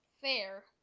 Fair